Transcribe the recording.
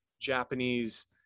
Japanese